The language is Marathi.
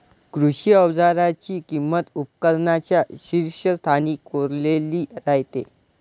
कृषी अवजारांची किंमत उपकरणांच्या शीर्षस्थानी कोरलेली राहते